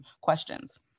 questions